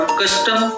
custom